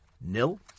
nil